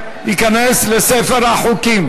וייכנס לספר החוקים.